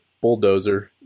bulldozer